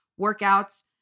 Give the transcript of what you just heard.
workouts